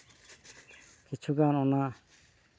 ᱠᱤᱪᱷᱩᱜᱟᱱ ᱚᱱᱟ